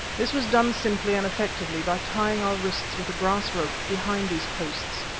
this was done simply and effectively by tying our wrists with a grass rope behind these posts,